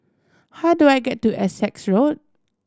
how do I get to Essex Road